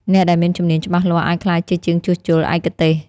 អ្នកដែលមានជំនាញច្បាស់លាស់អាចក្លាយជាជាងជួសជុលឯកទេស។